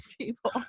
people